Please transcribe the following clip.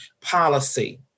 policy